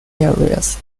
areas